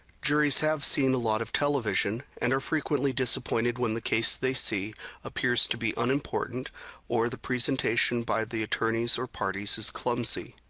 juries have seen a lot of television, and are frequently disappointed when the case they see appears to be unimportant or the presentation by the attorneys or parties is clumsy.